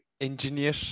engineer